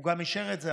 הוא גם אישר את זה,